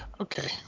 Okay